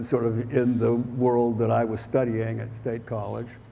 sort of in the world that i was studying at state college.